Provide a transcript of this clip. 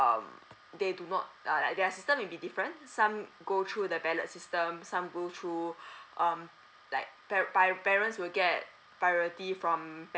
um they do not uh their system will be different some go through the ballot system some go through um like pa~ by parents will get priority from